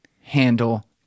handle